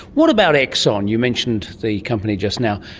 what about exon? you mentioned the company just now.